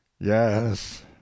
yes